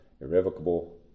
irrevocable